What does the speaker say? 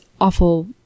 awful